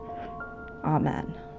Amen